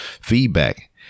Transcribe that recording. feedback